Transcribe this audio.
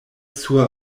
sur